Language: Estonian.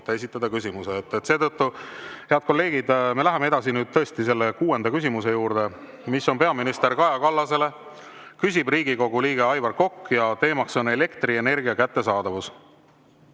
esitada küsimuse. Head kolleegid! Me läheme edasi nüüd tõesti selle kuuenda küsimuse juurde, mis on peaminister Kaja Kallasele, küsib Riigikogu liige Aivar Kokk ja teema on elektrienergia kättesaadavus.